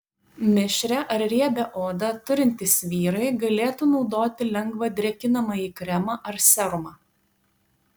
mišrią ar riebią odą turintys vyrai galėtų naudoti lengvą drėkinamąjį kremą ar serumą